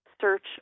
search